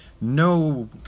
no